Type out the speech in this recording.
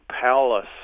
palace